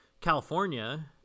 California